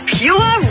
pure